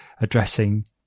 addressing